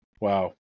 Wow